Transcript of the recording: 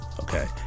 okay